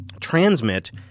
Transmit